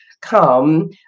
come